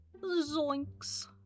zoinks